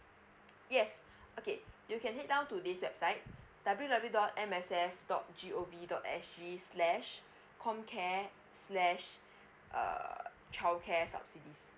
yes okay you can head down to this website W W dot M S F dot G O V dot S G slash com care slash err childcare subsidies